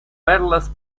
verlas